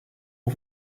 aux